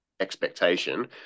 expectation